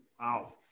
Wow